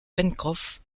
pencroff